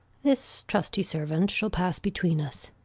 this trusty servant shall pass between us.